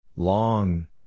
Long